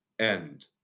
end